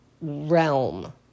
realm